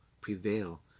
prevail